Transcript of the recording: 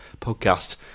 podcast